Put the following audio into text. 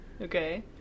Okay